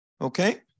Okay